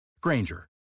Granger